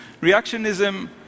Reactionism